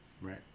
Right